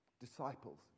Disciples